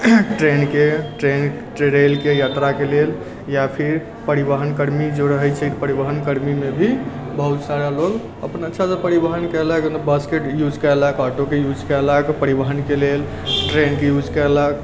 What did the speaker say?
ट्रेनके रेलके यात्राके लेल या फिर परिवहन कर्मी जो रहैत छै परिवहन कर्मीमे भी बहुत सारा लोक अपना अच्छा अच्छा परिवहन कयलक बसके यूज कयलक ऑटोके यूज कयलक परिवहनके लेल ट्रेनके यूज कयलक